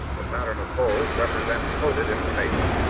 the pattern of holes represent coded information.